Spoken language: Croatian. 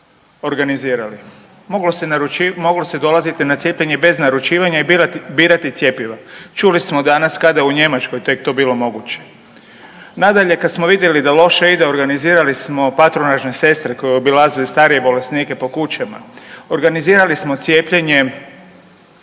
organizirali. Moglo se dolaziti na cijepljenje i bez naručivanja i birati cjepiva. Čuli smo danas kada je Njemačkoj tek to bilo moguće. Nadalje, kad smo vidjeli da loše ide, organizirali smo patronažne sestre koje obilaze starije bolesnike po kućama. Organizirali smo cijepljenje